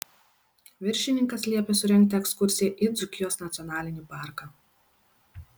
viršininkas liepė surengti ekskursiją į dzūkijos nacionalinį parką